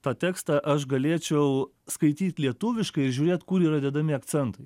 tą tekstą aš galėčiau skaityt lietuviškai ir žiūrėt kur yra dedami akcentai